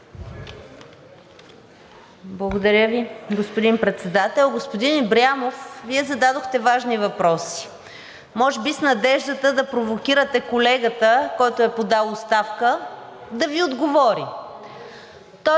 Благодаря Ви, господин Председател. Господин Ибрямов, Вие зададохте важни въпроси може би с надеждата да провокирате колегата, който е подал оставка, да Ви отговори.